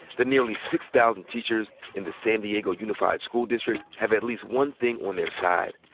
the nearly six thousand teachers in the san diego unified school district have at least one thing on their side,